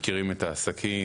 מכירים את העסקים,